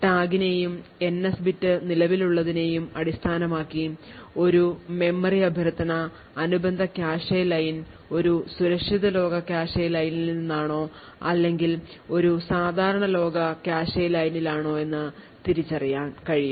ടാഗിനെയും NS bit നിലവിലുള്ളതിനെയും അടിസ്ഥാനമാക്കി ഒരു മെമ്മറി അഭ്യർത്ഥന അനുബന്ധ കാഷെ ലൈൻ ഒരു സുരക്ഷിത ലോക കാഷെ ലൈനിനാണോ അല്ലെങ്കിൽ ഒരു സാധാരണ ലോക കാഷെ ലൈനിനാണോ എന്ന് തിരിച്ചറിയാൻ കഴിയും